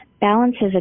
balances